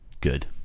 good